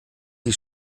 die